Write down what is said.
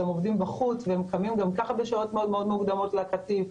הם עובדים בחוץ והם קמים גם ככה בשעות מאוד-מאוד מוקדמות לקטיף,